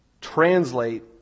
translate